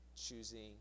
choosing